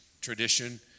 tradition